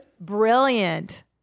brilliant